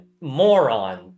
moron